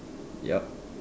yup